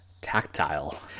tactile